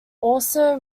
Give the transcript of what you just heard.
also